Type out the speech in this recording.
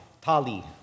tali